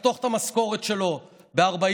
אני אחתוך את המשכורת שלו ב-40%,